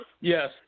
Yes